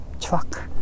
truck